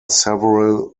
several